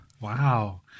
Wow